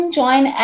join